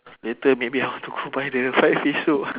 later maybe I want to go buy the fried fish soup